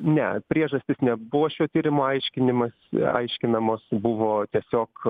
ne priežastys nebuvo šio tyrimo aiškinimas aiškinamos buvo tiesiog